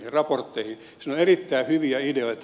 siinä on erittäin hyviä ideoita